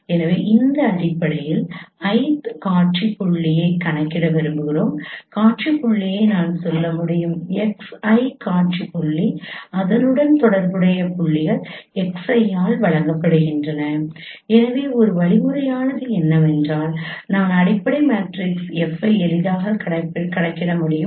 எனவே இதன் அடிப்படையில் iத் காட்சி புள்ளியைக் கணக்கிட விரும்புகிறோம் காட்சி புள்ளியை நான் சொல்ல முடியும் xi காட்சி புள்ளி அதனுடன் தொடர்புடைய புள்ளிகள் xi ஆல் வழங்கப்படுகின்றன எனவே ஒரு வழிமுறையானது என்னவென்றால் நான் அடிப்படை மேட்ரிக்ஸ் F ஐ எளிதாக கணக்கிட முடியும்